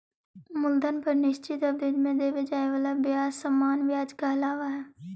मूलधन पर निश्चित अवधि में देवे जाए वाला ब्याज सामान्य व्याज कहलावऽ हई